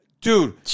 Dude